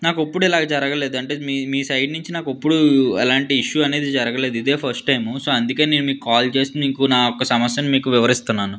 నాకెప్పుడూ ఇలాగా జరగలేదు అంటే మీ మీ సైడ్ నుంచి నాకు ఎప్పుడూ అలాంటి ఇష్యూ అనేది జరగలేదు ఇదే ఫస్ట్ టైం సో అందుకే నేను మీకు కాల్ చేసి మీకు నా యొక్క సమస్యను మీకు వివరిస్తున్నాను